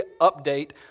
update